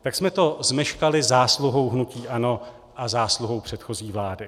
Tak jsme to zmeškali zásluhou hnutí ANO a zásluhou předchozí vlády.